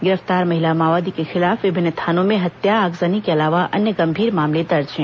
गिरफ्तार महिला माओवादी के खिलाफ विभिन्न थानों में हत्या आगजनी के अलावा अन्य गंभीर मामले दर्ज है